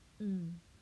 mm